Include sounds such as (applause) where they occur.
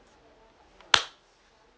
(noise)